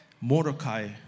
Mordecai